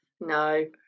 No